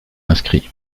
inscrits